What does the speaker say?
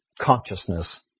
consciousness